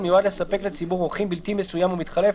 המיועד לספק לציבור אורחים בלתי מסוים ומתחלף,